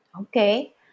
Okay